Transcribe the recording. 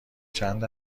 چند